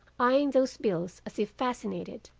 eyeing those bills as if fascinated.